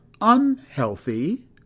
unhealthy